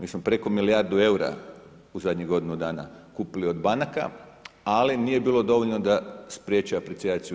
Mi smo preko milijardu eura, u zadnjih godinu dana kupili od banaka, ali nije bilo dovoljno da spriječi aprecijaciju.